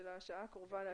של השעה הקרובה, להגיע למשהו.